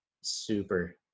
super